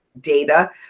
data